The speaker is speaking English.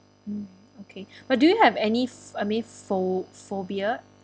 mm okay but do you have any ph~ I mean pho~ phobia